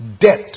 debt